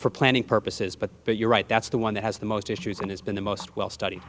for planning purposes but but you're right that's the one that has the most issues and it's been the most well study